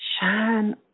shine